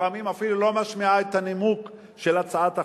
לפעמים היא אפילו לא משמיעה את הנימוק של הצעת החוק,